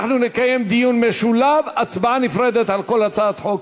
אנחנו נקיים דיון משולב והצבעה נפרדת על כל הצעת חוק